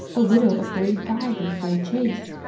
a widow of thirty-five in full chase!